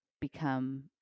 become